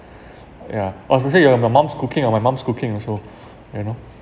ya oh especially your the mum's cooking or my mum's cooking also you know